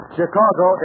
Chicago